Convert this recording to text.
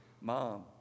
Mom